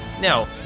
Now